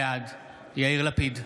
בעד יאיר לפיד,